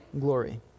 glory